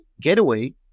getaway